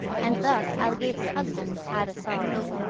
and thus algates husbands hadde sorrow.